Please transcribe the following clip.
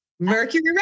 Mercury